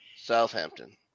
Southampton